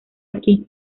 aquí